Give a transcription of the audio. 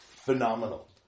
phenomenal